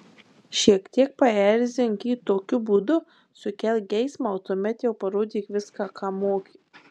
šiek tiek paerzink jį tokiu būdu sukelk geismą o tuomet jau parodyk viską ką moki